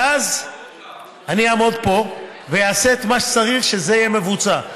ואז אני אעמוד פה ואעשה את מה שצריך כדי שזה יהיה מבוצע,